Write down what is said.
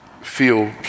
feel